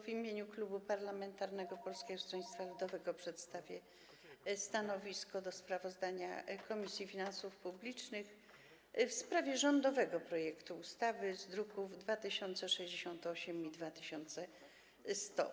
W imieniu Klubu Parlamentarnego Polskiego Stronnictwa Ludowego przedstawię stanowisko wobec sprawozdania Komisji Finansów Publicznych w sprawie rządowego projektu ustawy, druki nr 2068 i 2100.